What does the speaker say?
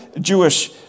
Jewish